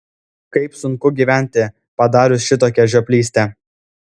kaip sunku gyventi padarius šitokią žioplystę